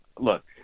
look